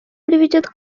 приведет